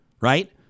right